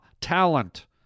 talent